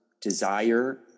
desire